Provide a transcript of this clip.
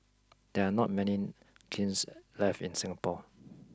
there are not many kilns left in Singapore